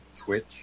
Twitch